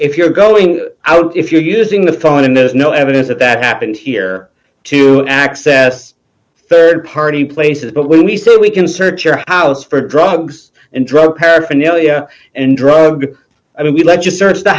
if you're going out if you're using the phone and there's no evidence that that happened here to access rd party places but when we say we can search your house for drugs and drug paraphernalia and drug i mean we let you search the